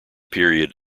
period